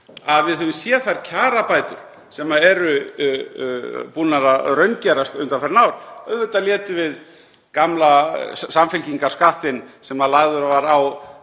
að við höfum séð þær kjarabætur sem hafa raungerst undanfarin ár. Auðvitað létum við gamla Samfylkingarskattinn, sem lagður var á